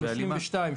32,